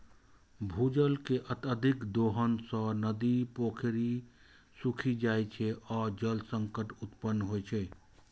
भूजल के अत्यधिक दोहन सं नदी, पोखरि सूखि जाइ छै आ जल संकट उत्पन्न होइ छै